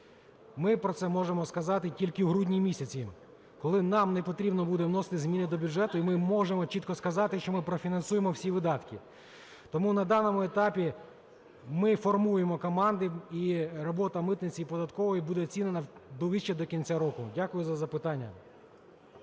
Ми про це можемо сказати тільки в грудні місяці, коли нам не потрібно буде вносити зміни до бюджету, і ми можемо чітко сказати, що ми профінансуємо всі видатки. Тому на даному етапі ми формуємо команди і робота митниці і податкової буде оцінена ближче до кінця року. Дякую за запитання.